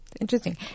Interesting